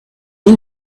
این